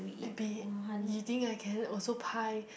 eh B you think I can also pie